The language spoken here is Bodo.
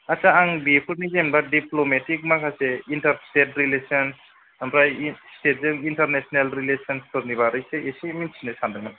आदसा आं बेफोरनि जेन'बा डिप्लोमेटिक माखासे इन्टार स्टेट रिलेसन आमफ्राय स्टेटजों इनटारनेसनेल रिलेसन्स नि बारै सो एसे मिन्थिनो सानदोंमोन